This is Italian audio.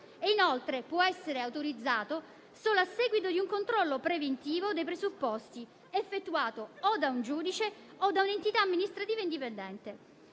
inoltre può essere autorizzato solo a seguito di un controllo preventivo dei presupposti effettuato o da un giudice o da un'entità amministrativa indipendente.